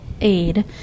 aid